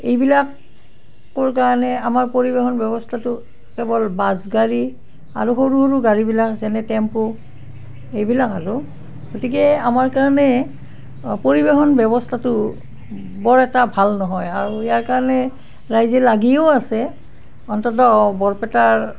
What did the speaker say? এইবিলাকৰ কাৰণে আমাৰ পৰিৱহণ ব্যৱস্থাটো কেৱল বাছ গাড়ী আৰু সৰু সৰু গাড়ীবিলাক যেনে টেম্পু এইবিলাক আৰু গতিকে আমাৰ কাৰণে পৰিৱহণ ব্যৱস্থাটো বৰ এটা ভাল নহয় আৰু ইয়াৰ কাৰণে ৰাইজে লাগিও আছে অন্ততঃ বৰপেটাৰ